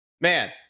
Man